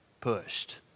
pushed